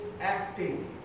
acting